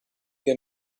che